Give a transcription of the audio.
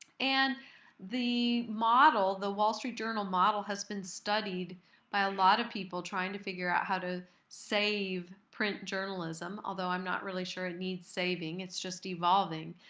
and the model, the wall street journal model, has been studied by a lot of people trying to figure out how to save print journalism, although i'm not really sure it needs saving. it's just evolving.